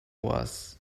was